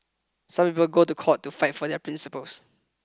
some people go to court to fight for their principles